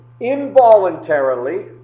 involuntarily